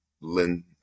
Lynn